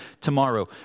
tomorrow